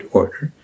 order